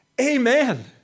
Amen